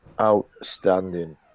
outstanding